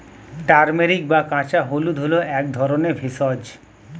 turmeric বা কাঁচা হলুদ হল এক ধরনের ভেষজ